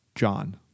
john